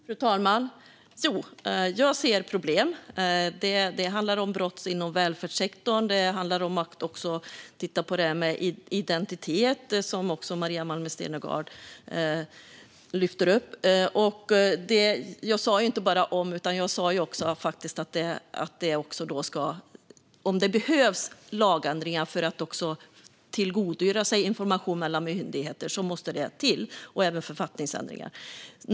Fru talman! Jo, jag ser problem. Det handlar om brott inom välfärdssektorn. Det handlar också om att titta på detta med identitet, som Maria Malmer Stenergard lyfter fram. Jag sa inte bara om , utan jag sa faktiskt också att om det behövs lagändringar för att tillgodogöra sig information mellan myndigheter så måste det, och även författningsändringar, till.